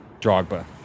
Drogba